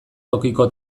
tokiko